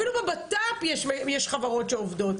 אפילו בבט"פ יש חברות שעובדות,